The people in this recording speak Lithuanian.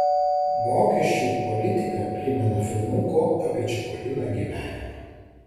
mokesčių politika primena filmuko apie čipoliną gyvenimą